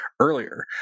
earlier